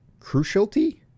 Crucialty